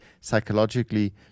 psychologically